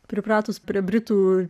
pripratus prie britų